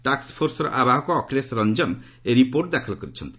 tax ଫୋର୍ସର ଆବାହକ ଅଖିଳେଶ ରଞ୍ଜନ ଏହି ରିପୋର୍ଟ ଦାଖଲ କରିଛନ୍ତି